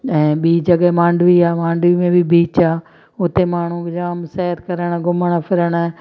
ऐं ॿी जॻहि मांडवी आहे मांडवी में बि बीच आहे उते माण्हू जाम सैरु करणु घुमणु फ़िरणु